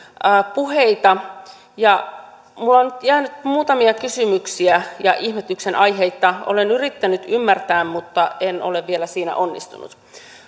puheita ja minulle on nyt jäänyt muutamia kysymyksiä ja ihmetyksen aiheita olen yrittänyt ymmärtää mutta en ole vielä siinä onnistunut